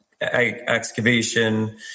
excavation